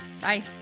Bye